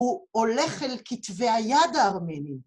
‫הוא הולך אל כתבי היד הארמנים...